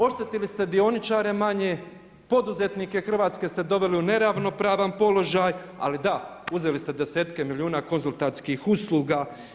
Oštetili ste dioničare manje, poduzetnike Hrvatske ste doveli u neravnopravan položaj, ali da uzeli ste desetke milijuna konzultantskih usluga.